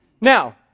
Now